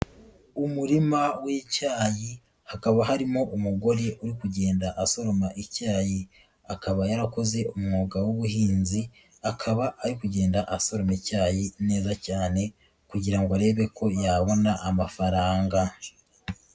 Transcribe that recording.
Umurima w'icyayi hakaba harimo umugore uri kugenda asoroma icyayi, akaba yarakoze umwuga w'ubuhinzi, akaba ari kugenda asoroma icyayi neza cyane kugira ngo arebe ko yabona amafaranga.